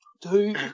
two